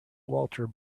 walter